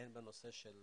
הן בנושא של